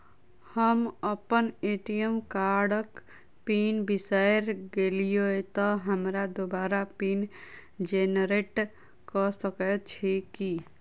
हम अप्पन ए.टी.एम कार्डक पिन बिसैर गेलियै तऽ हमरा दोबारा पिन जेनरेट कऽ सकैत छी की?